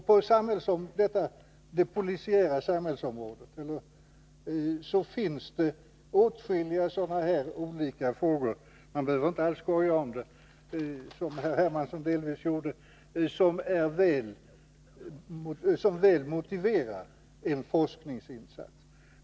På det polisiära samhällsområdet finns det åtskilliga sådana här frågor — man behöver inte alls skoja om det, som Carl-Henrik Hermansson delvis gjorde — som väl motiverar en forskningsinsats.